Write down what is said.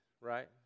right